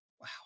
Wow